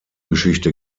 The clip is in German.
geschichte